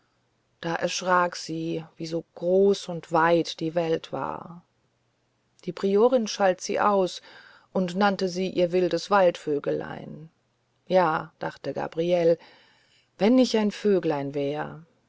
da erschrak sie wie so groß und weit die welt war die priorin schalt sie aus und nannte sie ihr wildes waldvöglein ja dachte gabriele wenn ich ein vöglein wäre